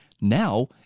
Now